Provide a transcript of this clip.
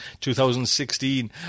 2016